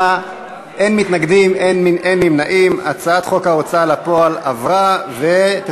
ההצעה להעביר את הצעת חוק ההוצאה לפועל (תיקון,